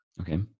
Okay